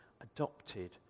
adopted